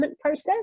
process